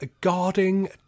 Guarding